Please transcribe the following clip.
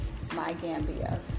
MyGambia